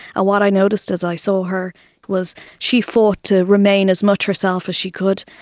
ah what i noticed as i saw her was she fought to remain as much herself as she could,